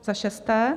Za šesté.